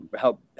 help